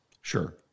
Sure